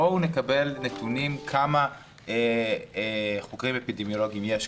בואו נקבל נתונים כמה חוקרים אפידמיולוגיים יש,